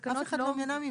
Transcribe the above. אף אחד לא מנע ממך.